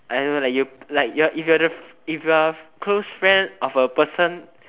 I don't know like you like you're if you're if you're close friend of a person